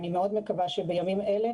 אני מקווה מאוד שבימים אלה,